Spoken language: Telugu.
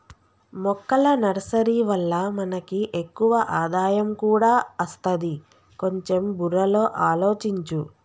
మొక్కల నర్సరీ వల్ల మనకి ఎక్కువ ఆదాయం కూడా అస్తది, కొంచెం బుర్రలో ఆలోచించు